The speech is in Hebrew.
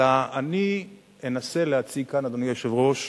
אלא אני אנסה להציג כאן, אדוני היושב-ראש,